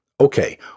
Okay